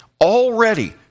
Already